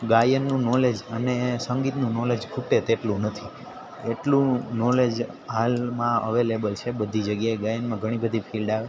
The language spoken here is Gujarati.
ગાયનનું નોલેજ અને સંગીતનું નોલેજ ખૂટે તેટલું નથી એટલું નોલેજ હાલમાં અવેલેબલ છે બધી જગ્યાએ ગાયનમાં ઘણી બધી ફિલ્ડ આવે